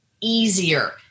easier